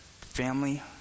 family